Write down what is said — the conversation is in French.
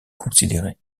considéré